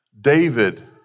David